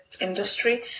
industry